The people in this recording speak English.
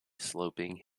sloping